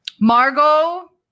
margot